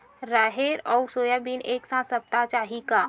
राहेर अउ सोयाबीन एक साथ सप्ता चाही का?